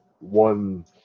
one